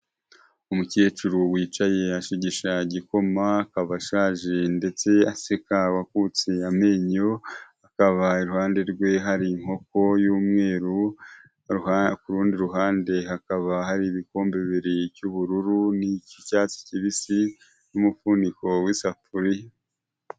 Umukecuru wicaye ashigisha igikoma, akaba ashaje ndetse aseka wakutse amenyo, akaba iruhande rwe hari inkoko y'umweru, ku rundi ruhande hakaba hari ibikombe bibiri icy'ubururu n'icy'icyatsi kibisi n'umufuniko w'isafuriya.